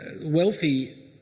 wealthy